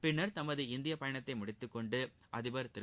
பின்னா் தமது இந்திய பயணத்தை முடித்துக்கொண்டு அதிபா் திரு